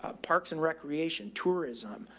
ah parks and recreation, tourism,